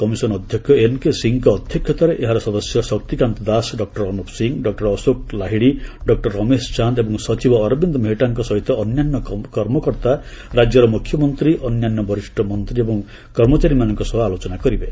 commission ଅଧ୍ୟକ୍ଷ N K ସିଂହଙ୍କ ଅଧ୍ୟକ୍ଷତାରେ ଏହାର ସଦସ୍ୟ Shaktikanta Das doctor Anup Singh doctor Ashok Lahiri doctor Ramesh Chand ଏବଂ ସଚିବ ଅରବିନ୍ଦ ମେହେଟ୍ଟାଙ୍କ ସହିତ ଅନ୍ୟାନ୍ୟ କର୍ମକର୍ତ୍ତା ରାଜ୍ୟର ମୁଖ୍ୟମନ୍ତ୍ରୀ ଅନ୍ୟାନ୍ୟ ମନ୍ତ୍ରୀ ଏବଂ ବରିଷ୍ଣ କର୍ମଚାରୀମାନଙ୍କ ସହ ଆଲୋଚନା କରିବେ